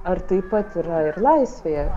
ar taip pat yra ir laisvėje